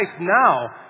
now